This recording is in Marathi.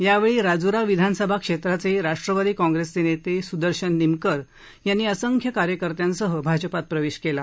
यावेळी राजूरा विधानसभा क्षेत्राचे राष्ट्रवादी काँप्रेसचे नेते सुदर्शन निमकर यांनी असंख्य कार्यकर्त्यांसह भाजपात प्रवेश केला